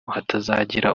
hatazagira